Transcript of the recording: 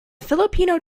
filipino